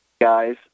Guys